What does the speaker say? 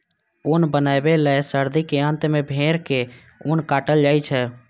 ऊन बनबै लए सर्दी के अंत मे भेड़क ऊन काटल जाइ छै